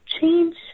change